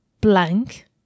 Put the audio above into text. blank